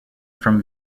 from